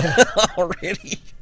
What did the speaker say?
already